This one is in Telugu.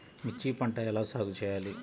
మిర్చి పంట ఎలా సాగు చేయాలి?